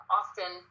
often